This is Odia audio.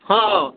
ହଁ